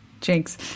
jinx